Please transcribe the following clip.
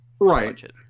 Right